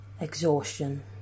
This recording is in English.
Exhaustion